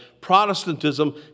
Protestantism